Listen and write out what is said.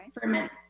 ferment